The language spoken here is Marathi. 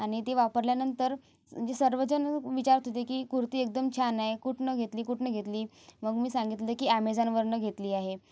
आणि ती वापरल्यानंतर जे सर्वजण विचारत होते की कुर्ती एकदम छान आहे कुठनं घेतली कुठनं घेतली मग मी सांगितलं की ॲमेझानवरनं घेतली आहे